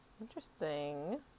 interesting